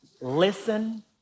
listen